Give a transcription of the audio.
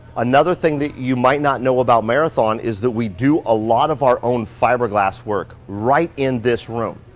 another thing that you might not know about marathon is that we do a lot of our own fiberglass work right in this room.